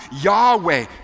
Yahweh